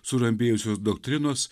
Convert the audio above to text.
surambėjusios doktrinos